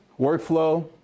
workflow